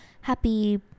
happy